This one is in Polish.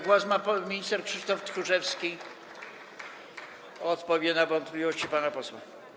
Głos ma pan minister Krzysztof Tchórzewski, który odpowie na wątpliwości pana posła.